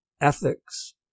ethics